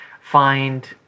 find